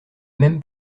même